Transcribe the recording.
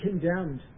condemned